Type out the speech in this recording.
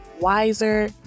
wiser